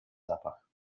zapach